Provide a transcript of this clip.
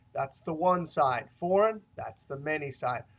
that's the one side, foreign, that's the many side.